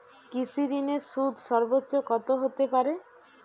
কৃষিঋণের সুদ সর্বোচ্চ কত হতে পারে?